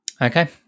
Okay